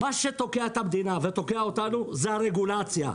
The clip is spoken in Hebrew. מה שתוקע את המדינה ותוקע אותנו זאת הרגולציה.